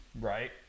Right